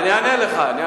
אני אענה לך.